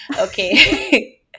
Okay